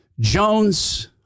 Jones